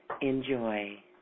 Enjoy